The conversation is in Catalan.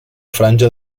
franja